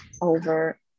over